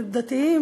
דתיים,